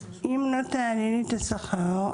אם לא תעלי לי את השכר,